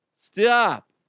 Stop